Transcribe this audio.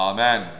Amen